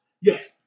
Yes